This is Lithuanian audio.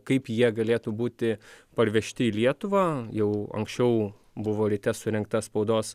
kaip jie galėtų būti parvežti į lietuvą jau anksčiau buvo ryte surengta spaudos